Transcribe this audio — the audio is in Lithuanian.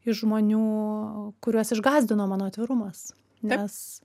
iš žmonių kuriuos išgąsdino mano atvirumas nes